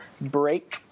break